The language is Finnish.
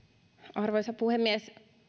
arvoisa puhemies